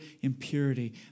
impurity